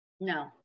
no